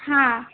हा